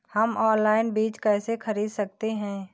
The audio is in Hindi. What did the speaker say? हम ऑनलाइन बीज कैसे खरीद सकते हैं?